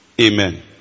Amen